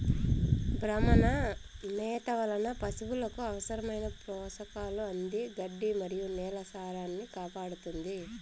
భ్రమణ మేత వలన పసులకు అవసరమైన పోషకాలు అంది గడ్డి మరియు నేల సారాన్నికాపాడుతుంది